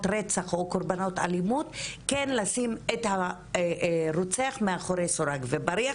רצח או קורבנות אלימות כן לשים את הרצח מאחורי סורג ובריח.